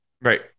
Right